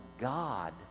God